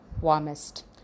warmest